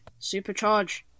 supercharge